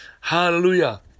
Hallelujah